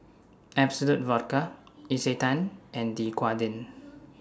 Absolut Vodka Isetan and Dequadin